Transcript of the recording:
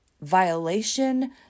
violation